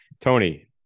Tony